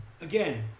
Again